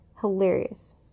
hilarious